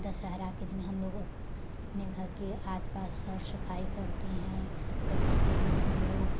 दशहरा के दिन हम लोग अपने घर के आस पास सर्व सफाई करते हैं कजरी के दिन हम लोग